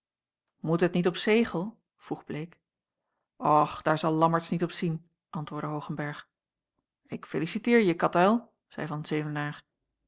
moet het niet op zegel vroeg bleek och daar zal lammertsz niet op zien antwoordde hoogenberg ik feliciteer je katuil zeî van zevenaer